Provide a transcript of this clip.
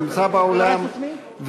נמצא באולם,